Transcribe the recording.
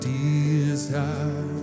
desire